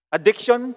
Addiction